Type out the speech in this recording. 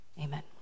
Amen